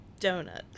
Donut